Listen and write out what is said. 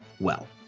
well.